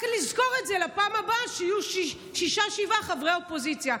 רק לזכור את זה לפעם הבאה שיהיו שישה-שבעה חברי אופוזיציה,